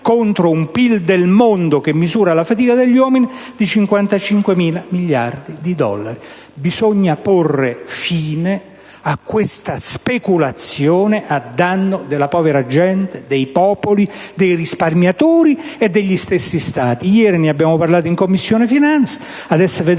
contro un PIL del mondo, che misura la fatica degli uomini, di 55.000 miliardi di dollari. Bisogna porre fine a questa speculazione a danno della povera gente, dei popoli, dei risparmiatori e degli stessi Stati. Ieri ne abbiamo parlato in Commissione finanze. Adesso vedremo